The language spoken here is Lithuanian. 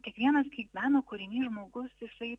kiekvienas kaip meno kūrinys žmogus jisai